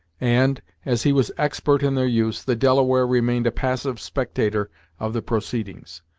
and, as he was expert in their use, the delaware remained a passive spectator of the proceedings.